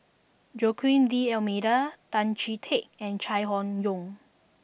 Joaquim D'almeida Tan Chee Teck and Chai Hon Yoong